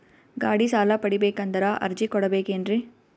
ಗಾಡಿ ಸಾಲ ಪಡಿಬೇಕಂದರ ಅರ್ಜಿ ಕೊಡಬೇಕೆನ್ರಿ?